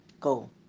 go